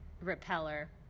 Repeller